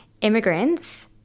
immigrants